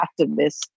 activists